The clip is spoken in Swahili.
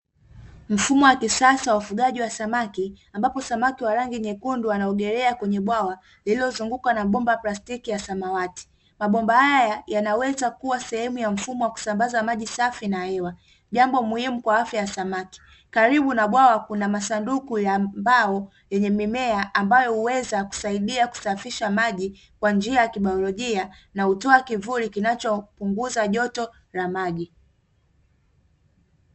Mfumo wa kisasa wa ufugaji wa samaki ambapo samaki wa rangi nyekundu wanaogelea kwenye bwawa lililozungukwa na bomba la plastikil la samawati. Mabomba haya yanaweza kuwa sehemu ya mfumo wa kusambaza maji safi na hewa, jambo muhimu kwa afya ya samaki. Karibu na bwawa kuna masanduku ya mbao yenye mimea ambapo uweza kusaidia kusafisha maji kwa njia ya kibailogia kwa kutoa kivuli kinachopunguza joto la maji.